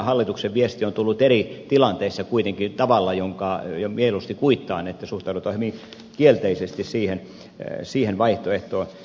hallituksen viesti on tullut eri tilanteissa kuitenkin tavalla jonka mieluusti kuittaan niin että siihen vaihtoehtoon suhtaudutaan hyvin kielteisesti